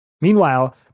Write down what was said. Meanwhile